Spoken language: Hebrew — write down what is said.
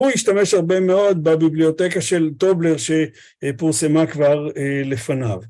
הוא השתמש הרבה מאוד בביבליותקה של טובלר שפורסמה כבר לפניו.